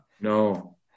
No